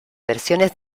versiones